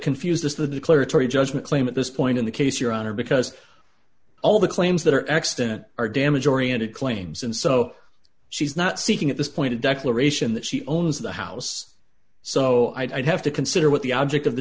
confused as the declaratory judgment claim at this point in the case your honor because all the claims that are extant are damage oriented claims and so she's not seeking at this point a declaration that she owns the house so i'd have to consider what the object of the